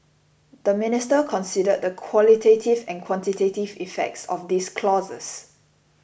the Minister considered the qualitative and quantitative effects of these clauses